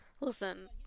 listen